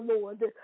Lord